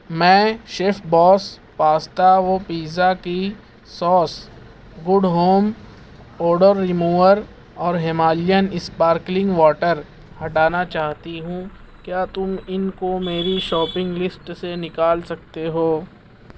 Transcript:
میں chef boss pasta و pizza کی sauce good home odor remover اور ہمالین اسپارکلنگ واٹر ہٹانا چاہتی ہوں کیا تم ان کو میری شاپنگ لسٹ سے نکال سکتے ہو